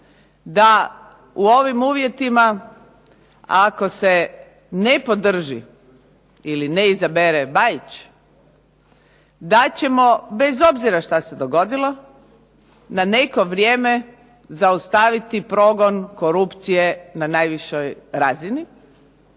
da u ovim uvjetima ako se ne podrži ili ne izabere Bajić da ćemo bez obzira što se dogodilo na neko vrijeme zaustaviti progon korupcije na najvišoj razini